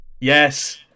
Yes